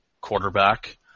quarterback